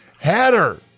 header